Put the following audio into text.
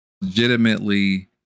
legitimately